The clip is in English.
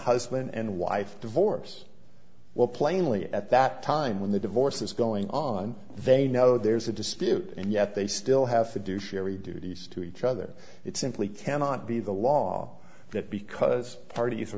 husband and wife divorce well plainly at that time when the divorce is going on they know there's a dispute and yet they still have to do cherie duties to each other it simply cannot be the law that because part